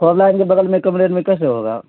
خور لائن کے بگل میں کم ریٹ میں کیسے ہوگا